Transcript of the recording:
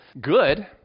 good